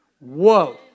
Whoa